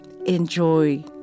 Enjoy